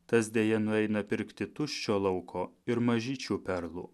tas deja nueina pirkti tuščio lauko ir mažyčių perlų